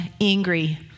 angry